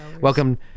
welcome